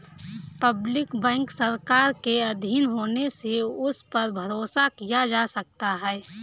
public bank सरकार के आधीन होने से उस पर भरोसा किया जा सकता है